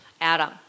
Adam